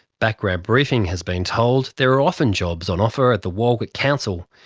background briefing has been told there are often jobs on offer at the walgett council,